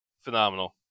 Phenomenal